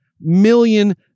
million